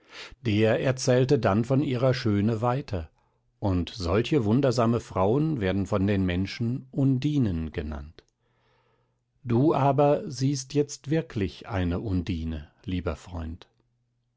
der erzählte dann von ihrer schöne weiter und solche wundersame frauen werden von den menschen undinen genannt du aber siehst jetzt wirklich eine undine lieber freund